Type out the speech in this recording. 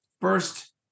first